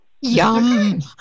Yum